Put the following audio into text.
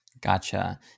Gotcha